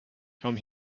come